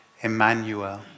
Emmanuel